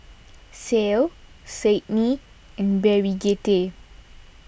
Cael Sydnie and Brigette